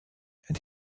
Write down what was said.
and